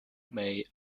may